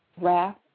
wrath